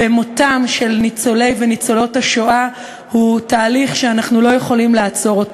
ומותם של ניצולי וניצולות השואה הוא תהליך שאנחנו לא יכולים לעצור.